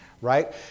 right